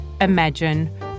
imagine